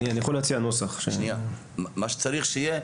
מה שצריך שיהיה,